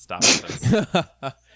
stop